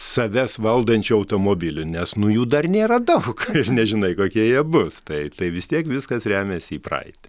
savęs valdančiu automobilių nes nu jų dar nėra daug ir nežinai kokie jie bus tai tai vis tiek viskas remiasi į praeitį